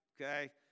okay